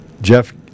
Jeff